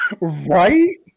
Right